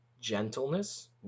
gentleness